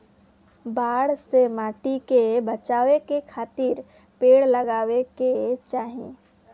बाढ़ से माटी के बचावे खातिर पेड़ लगावे के चाही